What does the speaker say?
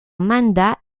mandat